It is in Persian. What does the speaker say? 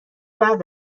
بعد